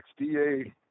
XDA